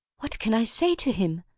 what can i say to him?